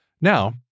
Now